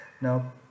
Now